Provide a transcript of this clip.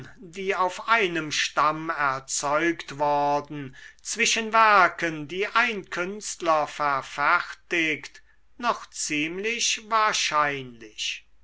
die auf einem stamm erzeugt worden zwischen werken die ein künstler verfertigt noch ziemlich wahrscheinlich